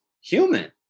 human